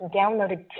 downloaded